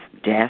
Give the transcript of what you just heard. death